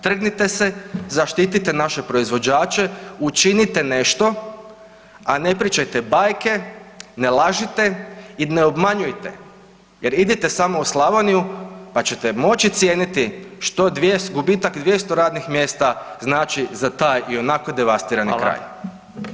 Trgnite se, zaštite naše proizvođače, učinite nešto, a ne pričajte bajke, ne lažite i ne obmanjujte jer idite samo u Slavoniju pa ćete moći cijeniti što gubitak 200 radnih mjesta znači za taj i onako devastirani kraj.